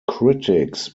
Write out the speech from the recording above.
critics